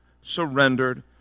surrendered